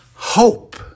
Hope